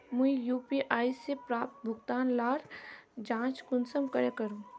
मुई यु.पी.आई से प्राप्त भुगतान लार जाँच कुंसम करे करूम?